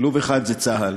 מרחב שילוב אחד זה צה"ל,